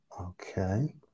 Okay